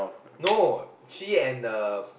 no she and the